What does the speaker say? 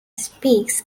speaks